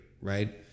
right